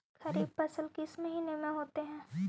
खरिफ फसल किस महीने में होते हैं?